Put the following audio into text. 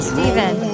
Steven